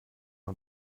man